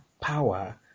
power